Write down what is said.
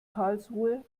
karlsruhe